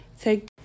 take